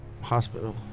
Hospital